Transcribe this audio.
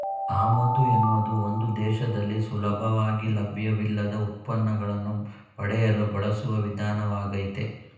ಆಮದು ಅನ್ನೋದು ಒಂದು ದೇಶದಲ್ಲಿ ಸುಲಭವಾಗಿ ಲಭ್ಯವಿಲ್ಲದ ಉತ್ಪನ್ನಗಳನ್ನು ಪಡೆಯಲು ಬಳಸುವ ವಿಧಾನವಾಗಯ್ತೆ